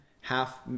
half